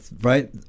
right